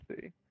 see